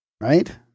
Right